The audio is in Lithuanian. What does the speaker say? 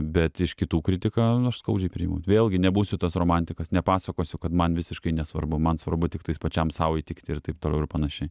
bet iš kitų kritiką aš skaudžiai priimu vėlgi nebūsiu tas romantikas nepasakosiu kad man visiškai nesvarbu man svarbu tiktais pačiam sau įtikti ir taip toliau ir panašiai